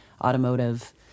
automotive